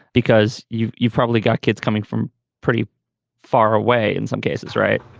because you've you've probably got kids coming from pretty far away in some cases, right?